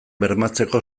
bermatzeko